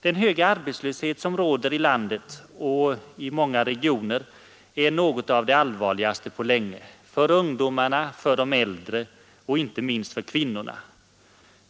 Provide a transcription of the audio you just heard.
Den höga arbetslöshet som råder i landet och i många regioner är 129 något av det allvarligaste på länge — för ungdomarna, för de äldre och inte minst för kvinnorna.